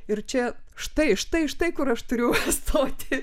ir čia štai štai štai kur aš turiu sustoti